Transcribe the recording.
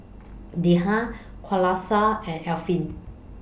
Dhia Qalisha and Alfian